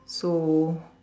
so